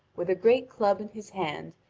with a great club in his hand,